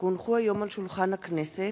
כי הונחו היום על שולחן הכנסת,